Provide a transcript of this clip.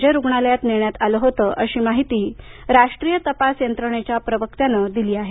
जे रुग्णालयात नेण्यात आलं होतं अशी माहिती राष्ट्रीय तपास यंत्रणेच्या प्रवक्त्यानं दिली आहे